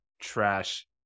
trash